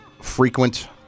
frequent